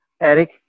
Eric